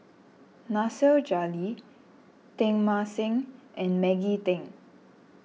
Nasir Jalil Teng Mah Seng and Maggie Teng